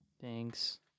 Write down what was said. Thanks